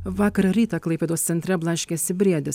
vakar rytą klaipėdos centre blaškėsi briedis